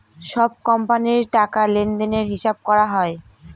সব কোম্পানির টাকা লেনদেনের হিসাব করা হয়